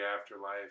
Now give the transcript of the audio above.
afterlife